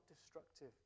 destructive